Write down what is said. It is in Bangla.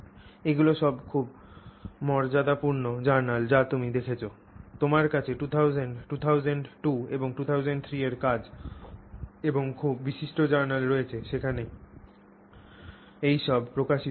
এগুলো সব খুব মর্যাদাপূর্ণ জার্নাল যা তুমি দেখছ তোমার কাছে 2000 2002 এবং 2003 এর কাজ এবং খুব বিশিষ্ট জার্নাল রয়েছে যেখানে এইসব প্রকাশিত হয়েছে